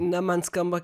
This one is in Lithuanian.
na man skamba